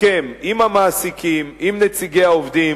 הסכם עם המעסיקים, עם נציגי העובדים,